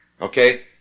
Okay